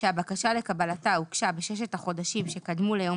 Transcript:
שהבקשה לקבלתה הוגשה בששת החודשים שקדמו ליום